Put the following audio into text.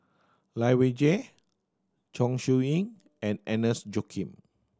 Lai Weijie Chong Siew Ying and Agnes Joaquim